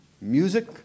Music